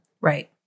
Right